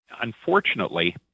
unfortunately